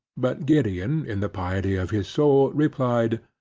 but gideon in the piety of his soul replied,